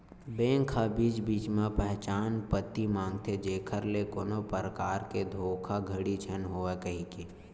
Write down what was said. bank ह बीच बीच म पहचान पती मांगथे जेखर ले कोनो परकार के धोखाघड़ी झन होवय कहिके